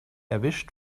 erwischt